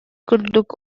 курдук